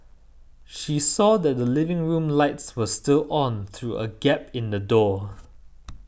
she saw that the living room lights were still on through a gap in the door